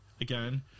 again